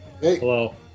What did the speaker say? Hello